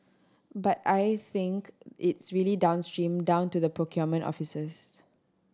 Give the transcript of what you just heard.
but I think it's really downstream down to the procurement offices